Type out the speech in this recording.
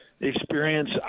experience